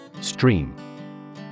Stream